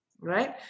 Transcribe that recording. right